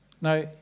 Now